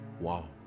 Wow